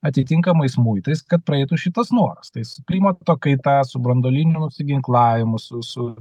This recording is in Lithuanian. atitinkamais muitais kad praeitų šitas noras tai jis klimato kaita su branduoliniu nusiginklavimu su su